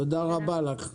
תודה רבה לך.